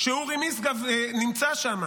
כשאורי משגב נמצא שם.